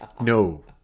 No